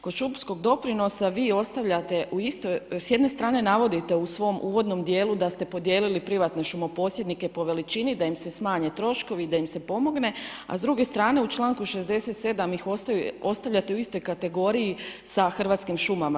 Kod šumskog doprinosa ostavljate, s jedne strane navodite u svom uvodnom dijelu da ste podijelili privatne šumo posjednike po veličini, da im se smanje troškovi, da im se pomogne, a s druge strane u članku 67. ih ostavljate u istoj kategoriji sa Hrvatskim šumama.